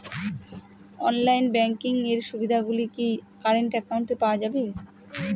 Online banking এর সুবিধে গুলি কি কারেন্ট অ্যাকাউন্টে পাওয়া যাবে?